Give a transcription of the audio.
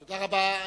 תודה רבה.